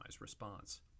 response